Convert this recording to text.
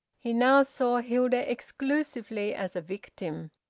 he now saw hilda exclusively as a victim,